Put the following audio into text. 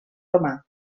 romà